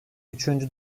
üçüncü